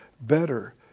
better